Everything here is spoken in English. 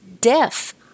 deaf